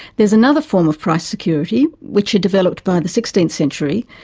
there's another form of price security, which had developed by the sixteenth century,